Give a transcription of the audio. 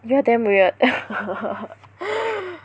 you are damn weird